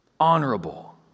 Honorable